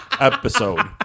episode